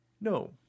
No